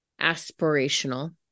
aspirational